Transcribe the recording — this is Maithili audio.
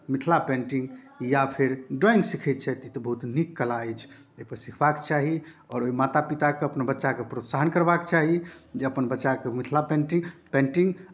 मिथिला पेन्टिंग या फेर ड्रॉइंग सीखै छथि तऽ बहुत नीक कला अछि एकरा सिखबाक चाही आओर माता पिताकेँ अपन बच्चाके प्रोत्साहन करबाक चाही जे अपन बच्चाकेँ ओ मिथिला पेन्टिंग